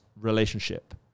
relationship